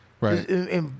right